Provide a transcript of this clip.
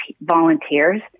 volunteers